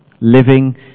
living